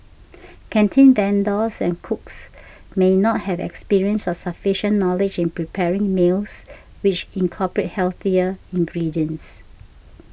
canteen vendors and cooks may not have experience or sufficient knowledge in preparing meals which incorporate healthier ingredients